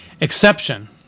Exception